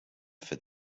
for